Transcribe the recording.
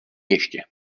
ještě